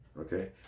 okay